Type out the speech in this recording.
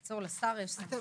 בקיצור לשר יש סמכות,